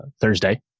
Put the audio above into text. Thursday